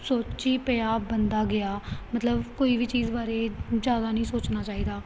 ਸੋਚੀ ਪਿਆ ਬੰਦਾ ਗਿਆ ਮਤਲਬ ਕੋਈ ਵੀ ਚੀਜ਼ ਬਾਰੇ ਜ਼ਿਆਦਾ ਨਹੀਂ ਸੋਚਣਾ ਚਾਹੀਦਾ